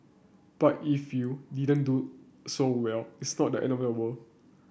but if you didn't do so well it's not the end of the world